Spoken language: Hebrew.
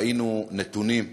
ראינו נתונים,